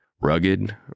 Rugged